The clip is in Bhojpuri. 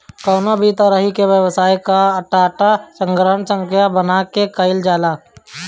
कवनो भी तरही के व्यवसाय कअ डाटा के संग्रहण सांख्यिकी बना के कईल जाला